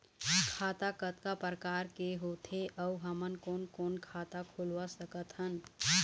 खाता कतका प्रकार के होथे अऊ हमन कोन कोन खाता खुलवा सकत हन?